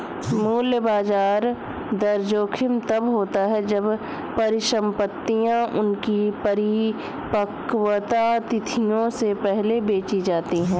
मूल्य ब्याज दर जोखिम तब होता है जब परिसंपतियाँ उनकी परिपक्वता तिथियों से पहले बेची जाती है